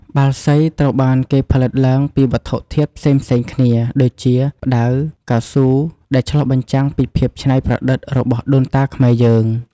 បាល់សីត្រូវបានគេផលិតឡើងពីវត្ថុធាតុផ្សេងៗគ្នា ដូចជា ផ្ដៅ កៅស៊ូ ឬផ្លែឈើស្ងួតមួយចំនួន ដែលឆ្លុះបញ្ចាំងពីភាពច្នៃប្រឌិតរបស់ដូនតាខ្មែរយើង។